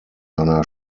einer